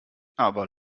aber